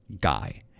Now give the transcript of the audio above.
guy